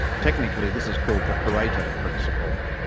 technically this is called the pareto principle.